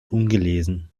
ungelesen